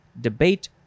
debate